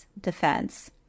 defense